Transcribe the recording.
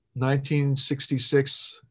1966